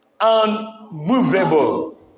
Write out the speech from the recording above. unmovable